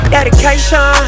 Dedication